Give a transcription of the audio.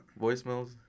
voicemails